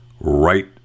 right